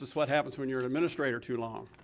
what happens when you are an administrator too long.